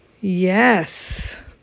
Yes